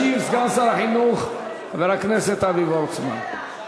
ישיב סגן שר החינוך חבר הכנסת אבי וורצמן.